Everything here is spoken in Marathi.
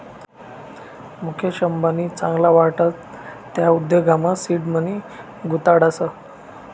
मुकेश अंबानी चांगला वाटस त्या उद्योगमा सीड मनी गुताडतस